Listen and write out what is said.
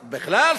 בכלל,